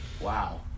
Wow